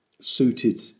suited